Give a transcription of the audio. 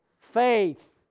faith